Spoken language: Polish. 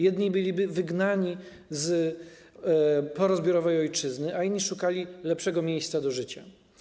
Jedni byliby wygnani z porozbiorowej ojczyzny, inni szukali lepszego miejsca do życia.